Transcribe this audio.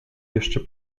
jeszcze